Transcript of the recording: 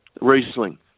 Riesling